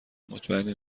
مطمئنی